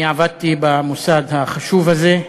אני עבדתי במוסד החשוב הזה,